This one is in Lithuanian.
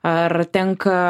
ar tenka